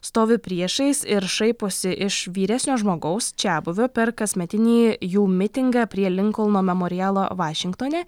stovi priešais ir šaiposi iš vyresnio žmogaus čiabuvio per kasmetinį jų mitingą prie linkolno memorialo vašingtone